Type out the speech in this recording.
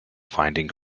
finding